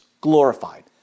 glorified